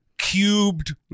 cubed